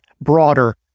broader